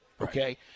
Okay